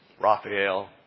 Raphael